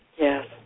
Yes